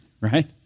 right